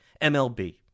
MLB